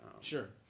sure